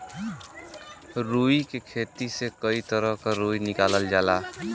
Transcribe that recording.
रुई के खेती से कई तरह क रुई निकालल जाला